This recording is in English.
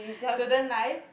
student life